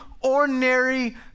ordinary